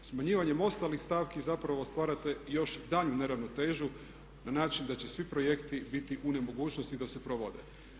Smanjivanjem ostalih stavki zapravo stvarate još daljnju neravnotežu na način da će svi projekti biti u nemogućnosti da se provode.